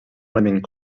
element